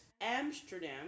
Amsterdam